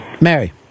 Mary